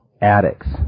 addicts